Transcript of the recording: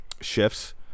shifts